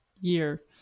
year